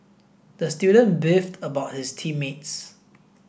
the student beefed about his team mates